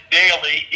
daily